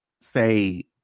say